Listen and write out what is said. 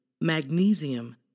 magnesium